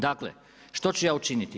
Dakle, što ću ja učiniti?